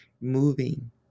moving